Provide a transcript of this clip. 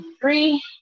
three